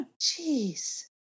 Jeez